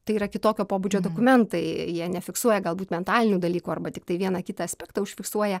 tai yra kitokio pobūdžio dokumentai jie nefiksuoja galbūt mentalinių dalykų arba tiktai vieną kitą aspektą užfiksuoja